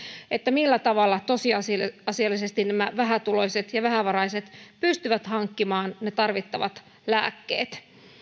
millä tavalla tosiasiallisesti nämä vähätuloiset ja vähävaraiset pystyvät hankkimaan tarvittavat lääkkeet